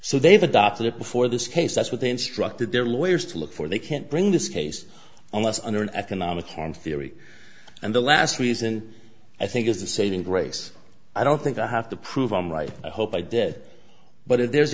so they've adopted it before this case that's what they instructed their lawyers to look for they can't bring this case unless under an economic harm theory and the last reason i think is this saving grace i don't think i have to prove i'm right i hope i did but if there's